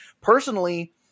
personally